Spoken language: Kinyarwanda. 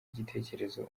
igitekerezo